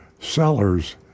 sellers